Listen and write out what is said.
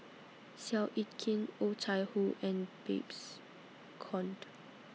Seow Yit Kin Oh Chai Hoo and Babes Conde